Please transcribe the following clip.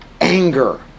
anger